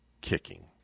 kicking